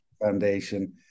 foundation